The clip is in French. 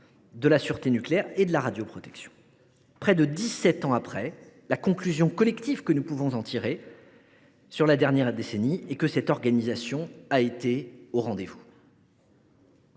de la sûreté nucléaire et de la radioprotection. Plus de dix sept ans après, la conclusion collective que nous pouvons en tirer est que cette organisation a été au rendez vous